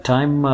Time